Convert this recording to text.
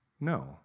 No